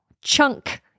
chunk